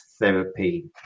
Therapy